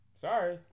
Sorry